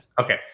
Okay